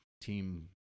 team